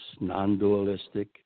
non-dualistic